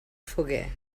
foguer